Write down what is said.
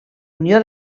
unió